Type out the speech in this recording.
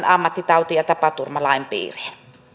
ammattitauti ja tapaturmalain piiriin